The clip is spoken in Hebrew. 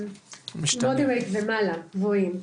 גבוהים.